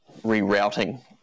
rerouting